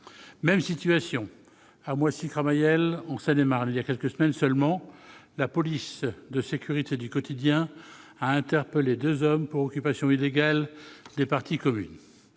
Même situation à Moissy-Cramayel, en Seine-et-Marne : il y a quelques semaines seulement, la police de sécurité du quotidien a interpellé deux hommes pour occupation illégale de parties communes.